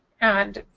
and,